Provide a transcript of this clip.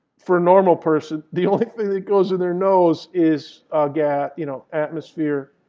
for a normal person, the only thing that goes in their nose is gas you know atmosphere,